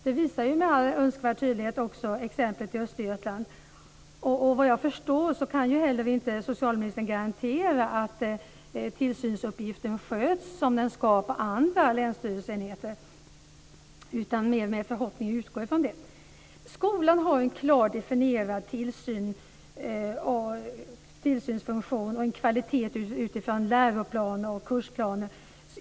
Det visar med all önskvärd tydlighet exemplet i Östergötland. Såvitt jag förstår kan socialministern heller inte garantera att tillsynsuppgiften sköts som den ska på andra länsstyrelseenheter utan att han mer med förhoppning utgår från det. Skolan har en klart definierad tillsynsfunktion och en kvalitet utifrån läroplan och kursplaner.